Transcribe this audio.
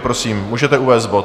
Prosím, můžete uvést bod.